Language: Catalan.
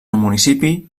municipi